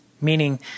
Meaning